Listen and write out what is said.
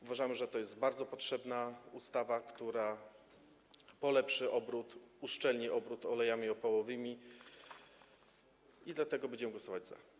Uważamy, że to jest bardzo potrzebna ustawa, która polepszy, uszczelni obrót olejami opałowymi, dlatego będziemy głosować za.